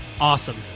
awesome